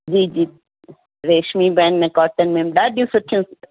जी जी रेशमी बि आहिनि कोटन में बि ॾाढियूं सुठियूं